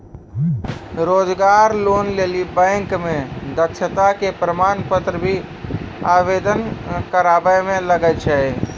रोजगार लोन लेली बैंक मे दक्षता के प्रमाण पत्र भी आवेदन करबाबै मे लागै छै?